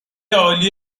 عالی